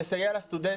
לסייע לסטודנטים,